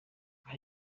aha